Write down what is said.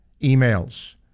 emails